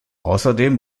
außerdem